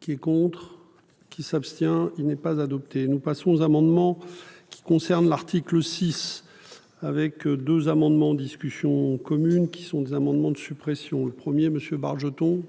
Qui est contre. Qui s'abstient. Il n'est pas adopté. Nous passons aux amendements qui concernent l'article 6. Avec 2 amendements en discussion commune qui sont des amendements de suppression le premier monsieur Bargeton.